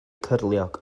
cyrliog